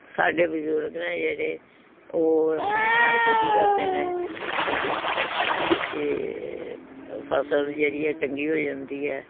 ਸਾਡੇ ਬਜ਼ੁਰਗ ਨੇ ਜਿਹੜੇ ਉਹ ਰੰਬੀ ਨਾਲ ਗੋਡੀ ਕਰਦੇ ਨੇ ਹੈਂ ਕਿ ਫਸਲ ਜਿਹੜੀ ਹੈ ਚੰਗੀ ਹੋ ਜਾਂਦੀ ਹੈ